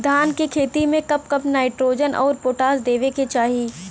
धान के खेती मे कब कब नाइट्रोजन अउर पोटाश देवे के चाही?